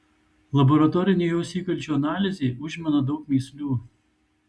laboratorinė jos įkalčių analizė užmena daug mįslių